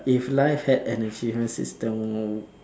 if life had an achievement system